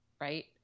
right